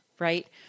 Right